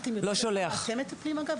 אתם מטפלים, אגב?